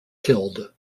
killed